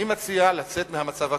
אני מציע לצאת מהמצב הקיים,